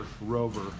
rover